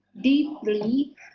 deeply